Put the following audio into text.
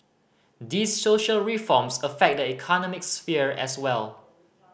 these social reforms affect the economic sphere as well